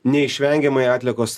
neišvengiamai atliekos